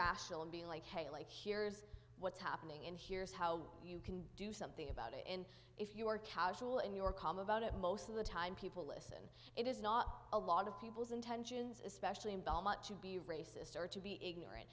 rational and be like hey like here's what's happening in here's how you can do something about it in if you are casual in your column about it most of the time people listen it is not a lot of people's intentions especially in belmont to be racist or to be ignorant